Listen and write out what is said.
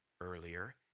earlier